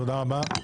תודה רבה.